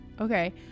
Okay